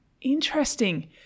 Interesting